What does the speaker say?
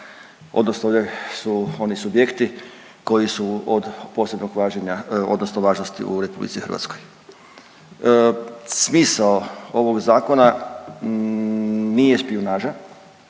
odnosno gdje su oni subjekti koji su od posebnog važenja odnosno važnosti u RH. Smisao ovog zakona nije špijunaža